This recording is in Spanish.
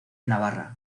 navarra